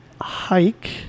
hike